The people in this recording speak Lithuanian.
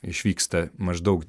išvyksta maždaug